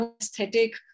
aesthetic